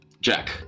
Jack